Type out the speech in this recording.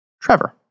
Trevor